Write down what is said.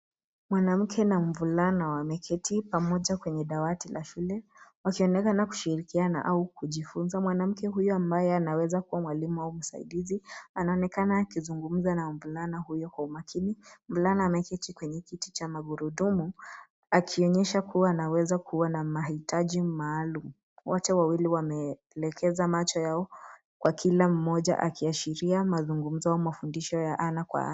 Mwanamke na mvulana wameketi pamoja kwenye dawati la shule wakionekana kushirikiana au kujifunza. Mwanamke huyu ambaye anaweza kuwa mwalimu au msaidizi anaonekana akizungumza na mvulana huyo kwa umakini. Mvulana ameketi kwenye kiti cha magurudumu akionyesha kuwa na uwezo wa kuwa na mahitaji maalum. Wote wawili wameelekeza macho ya kwa kila mmoja akiashiria mazungumzo au mafundisho ya ana kwa ana.